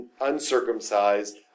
uncircumcised